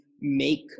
make